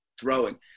throwing